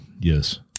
yes